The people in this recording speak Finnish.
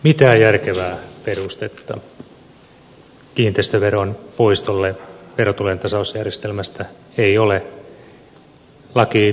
mitään järkevää perustetta kiinteistöveron poistolle verotulojen tasausjärjestelmästä ei ole